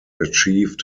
achieved